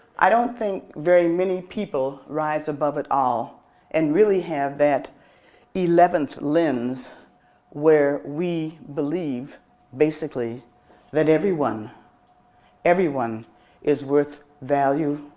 i don't think very many people rise above it all and really have that eleventh lens where we believe basically that everyone everyone is worth value,